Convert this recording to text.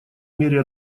мере